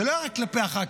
זה לא היה רק כלפי הח"כים,